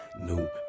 new